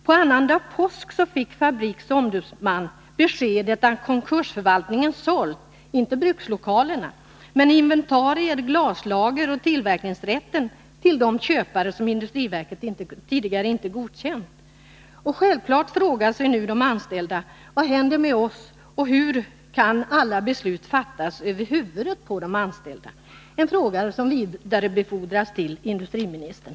På annandag påsk fick Fabriks ombudsman beskedet att konkursförvaltningen sålt inte brukslokalerna men inventarier, glaslager och tillverkningsrätten till de köpare som industriverket tidigare inte godkänt. Självfallet frågar sig nu de anställda vad som kommer att hända med dem och hur alla beslut kan fattas över huvudet på de anställda, en fråga som vidarebefordras till industriministern.